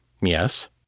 Yes